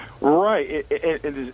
Right